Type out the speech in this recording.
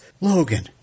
Logan